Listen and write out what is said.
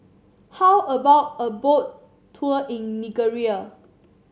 how about a Boat Tour in Nigeria